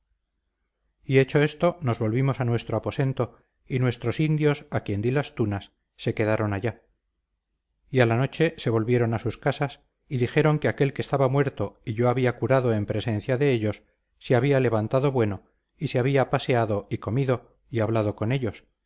y hecho esto nos volvimos a nuestro aposento y nuestros indios a quien di las tunas se quedaron allá y a la noche se volvieron a sus casas y dijeron que aquel que estaba muerto y yo había curado en presencia de ellos se había levantado bueno y se había paseado y comido y hablado con ellos